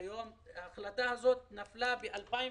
לפספס הזדמנויות.